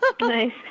Nice